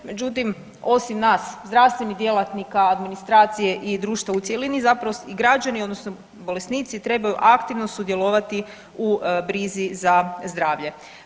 Međutim, osim nas zdravstvenih djelatnika, administracije i društva u cjelini zapravo i građani odnosno bolesnici trebaju aktivno sudjelovati u brizi za zdravlje.